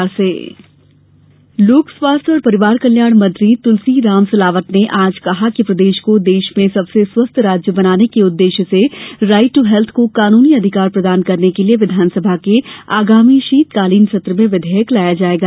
right to health लोक स्वास्थ्य और परिवार कल्याण मंत्री तुलसीराम सिलावट ने आज कहा कि प्रदेश को देश में सबसे स्वस्थ राज्य बनाने के उद्देश्य से राइट दू हेल्थ को कानूनी अधिकार प्रदान करने के लिए विधानसभा के आगामी शीतकालीन सत्र में विधेयक लाया जाएगा